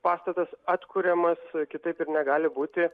pastatas atkuriamas kitaip ir negali būti